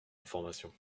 information